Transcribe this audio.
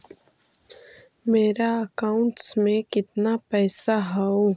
मेरा अकाउंटस में कितना पैसा हउ?